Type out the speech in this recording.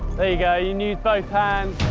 there you go. you need both hands.